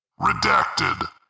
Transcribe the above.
redacted